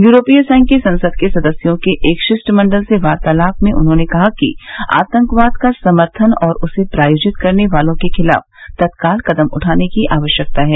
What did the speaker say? यूरोपीय संघ की संसद के सदस्यों के एक शिष्टमंडल से वार्तालाप में उन्होंने कहा कि आतंकवाद का समर्थन और उसे प्रायोजित करने वालों के खिलाफ तत्काल कदम उठाने की आवश्यकता है